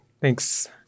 thanks